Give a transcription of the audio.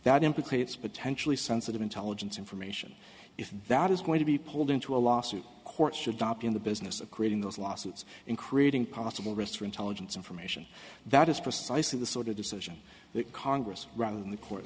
implicates potentially sensitive intelligence information if that is going to be pulled into a lawsuit court should drop in the business of creating those lawsuits in creating possible risk for intelligence information that is precisely the sort of decision that congress rather than the court